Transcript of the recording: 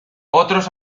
otros